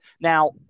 Now